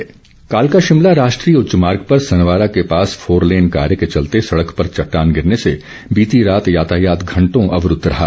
मार्ग अवरूद्व कालका शिमला राष्ट्रीय उच्च मार्ग पर सनवारा के पास फोरलेन कार्य के चलते सड़क पर चटटान गिरने से बीती रात यातायात घंटों अवरूद्व रहा